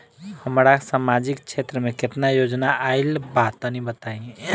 हमरा समाजिक क्षेत्र में केतना योजना आइल बा तनि बताईं?